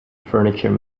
furniture